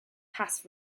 pass